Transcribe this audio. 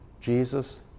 Jesus